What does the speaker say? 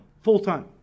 full-time